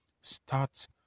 start